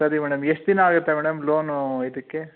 ಸರಿ ಮೇಡಮ್ ಎಷ್ಟು ದಿನ ಆಗುತ್ತೆ ಮೇಡಮ್ ಲೋನೂ ಇದಕ್ಕೆ